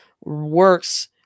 works